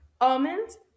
almonds